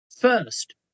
First